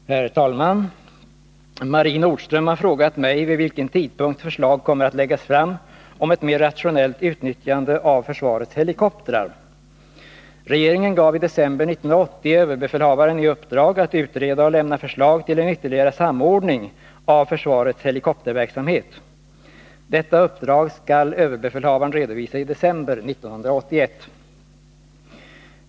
Herr talman! Marie Nordström har frågat mig vid vilken tidpunkt förslag kommer att läggas fram om ett mer rationellt utnyttjande av försvarets helikoptrar. Regeringen gav i december 1980 överbefälhavaren i uppdrag att utreda och lämna förslag till en ytterligare samordning av försvarets helikopterverksamhet. Detta uppdrag skall överbefälhavaren redovisa i december 1981.